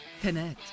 Connect